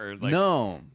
No